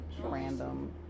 random